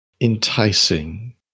enticing